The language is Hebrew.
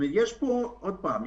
עוד פעם,